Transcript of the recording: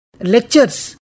lectures